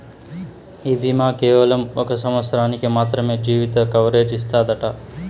ఈ బీమా కేవలం ఒక సంవత్సరానికి మాత్రమే జీవిత కవరేజ్ ఇస్తాదట